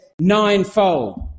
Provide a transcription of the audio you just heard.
ninefold